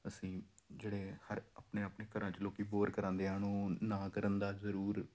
ਅਸੀਂ ਜਿਹੜੇ ਹਰ ਆਪਣੇ ਆਪਣੇ ਘਰਾਂ 'ਚ ਲੋਕੀ ਬੋਰ ਕਰਾਉਂਦੇ ਹਨ ਨੂੰ ਨਾ ਕਰਨ ਦਾ ਜ਼ਰੂਰ